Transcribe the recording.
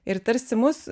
ir tarsi mus